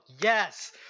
yes